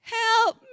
help